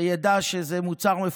וידע שזה מוצר מפוקח,